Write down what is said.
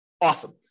Awesome